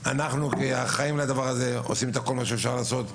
ואנחנו כאחראים על כל הדבר הזה עושים את כל מה שאפשר לעשות.